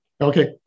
Okay